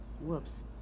Whoops